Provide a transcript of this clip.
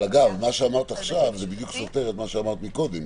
אבל אגב מה שאמרת עכשיו בדיוק סותר את מה שאמרת מקודם.